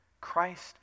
Christ